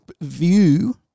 view